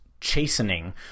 chastening